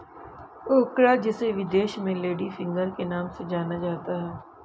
ओकरा जिसे विदेश में लेडी फिंगर के नाम से जाना जाता है